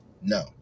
No